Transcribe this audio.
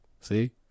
See